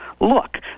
look